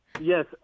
Yes